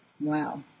Wow